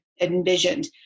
envisioned